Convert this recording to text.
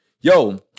Yo